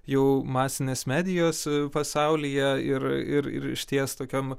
jau masinės medijos pasaulyje ir ir ir išties tokiam